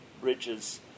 bridges